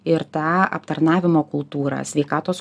ir tą aptarnavimo kultūrą sveikatos